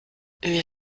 wir